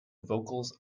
vocals